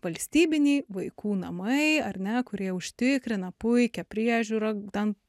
valstybiniai vaikų namai ar ne kurie užtikrina puikią priežiūrą ten